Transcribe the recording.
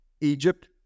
Egypt